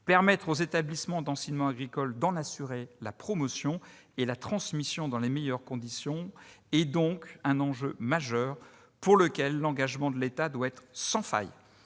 Permettre aux établissements d'enseignement agricole d'en assurer la promotion et la transmission dans les meilleures conditions est donc un enjeu majeur pour lequel l'engagement de l'État doit être sans faille,